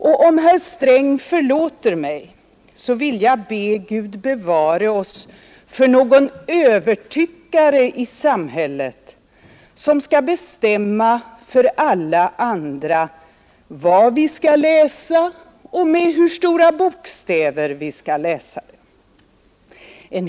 Och om herr Sträng förlåter mig, vill jag be Gud bevara oss för någon övertyckare i samhället, som skall bestämma för alla oss andra vad vi skall läsa och med hur stora bokstäver vi skall läsa det.